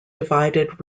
divided